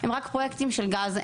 הם רק פרויקטים של גז.